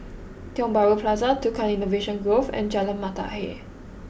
Tiong Bahru Plaza Tukang Innovation Grove and Jalan Mata Ayer